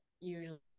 usually